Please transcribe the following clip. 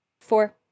Four